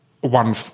one